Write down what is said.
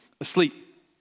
asleep